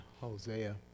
hosea